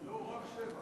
לא, רק שבע.